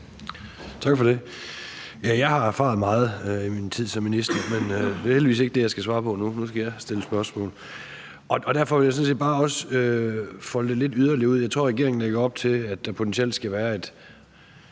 Tak for det. Ja, jeg har erfaret meget i min tid som minister, men det er heldigvis ikke det, jeg skal svare på nu. Nu skal jeg stille spørgsmål, og derfor vil jeg sådan set også bare folde det lidt yderligere ud. Jeg tror, regeringen lægger op til, at der potentielt skal være et